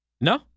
No